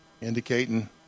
indicating